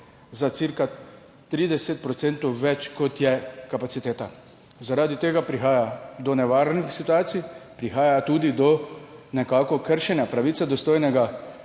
za cirka 30 % več, kot je kapaciteta. Zaradi tega prihaja do nevarnih situacij, prihaja tudi do kršenja pravice do dostojnega